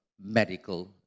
medical